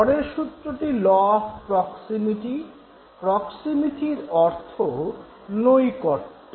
পরের সূত্রটি law of proximity proximity কথার অর্থ নৈকট্য